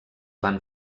van